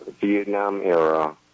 Vietnam-era